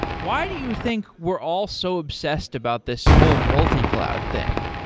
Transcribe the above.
why do you think we're all so obsessed about this whole multi-cloud thing?